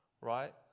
right